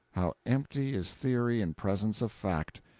how empty is theory in presence of fact!